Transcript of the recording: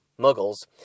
muggles